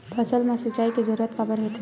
फसल मा सिंचाई के जरूरत काबर होथे?